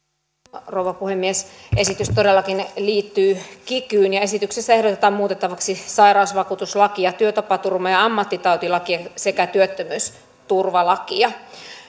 arvoisa rouva puhemies esitys todellakin liittyy kikyyn ja esityksessä ehdotetaan muutettavaksi sairausvakuutuslakia työtapaturma ja ammattitautilakia sekä työttömyysturvalakia